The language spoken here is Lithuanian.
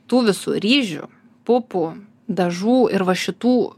tų visų ryžių pupų dažų ir va šitų